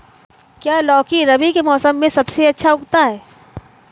क्या लौकी रबी के मौसम में सबसे अच्छा उगता है?